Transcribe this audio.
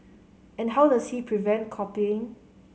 and how does he prevent copying